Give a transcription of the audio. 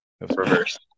Reverse